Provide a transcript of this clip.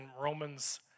Romans